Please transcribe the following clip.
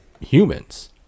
humans